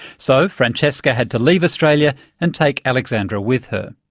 so francesca had to leave australia and take alexandra with her.